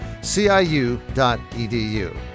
CIU.edu